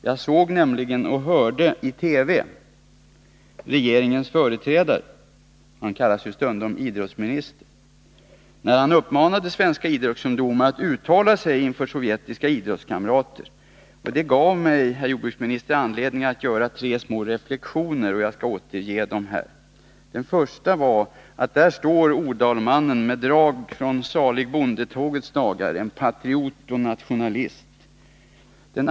Jag såg nämligen och hörde i TV regeringens företrädare — han kallar sig stundom idrottsminister — när han uppmanade svenska idrottsungdomar att uttala sig inför sovjetiska idrottskamrater. Det gav mig, herr jordbruksminister, anledning att göra tre små reflexioner. Jag skall återge dem här. För det första: Där står odalmannen med drag från salig bondetågets dagar — en patriot och nationalist.